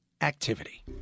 Activity